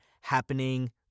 happening